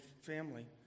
family